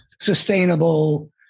Sustainable